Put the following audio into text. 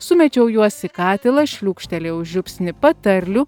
sumečiau juos į katilą šliūkštelėjau žiupsnį patarlių